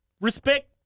Respect